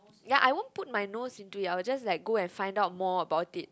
ya I wouldn't put my nose into it I just like go and find out more about it